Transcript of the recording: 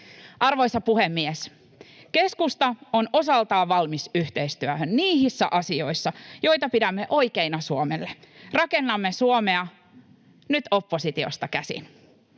Arvoisa puhemies! Keskusta on osaltaan valmis yhteistyöhön niissä asioissa, joita pidämme oikeina Suomelle. Rakennamme Suomea nyt oppositiosta käsin.